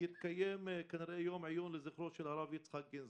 יתקיים יום העיון לזכרו של הרב יצחק גינזבורג.